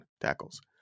tackles